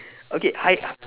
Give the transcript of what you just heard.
okay hy~